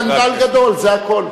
זה סקנדל גדול, זה הכול.